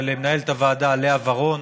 ולמנהלת הוועדה לאה ורון.